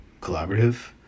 collaborative